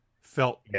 felt